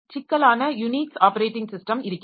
சிக்கலான Unix operating system இருக்கின்றது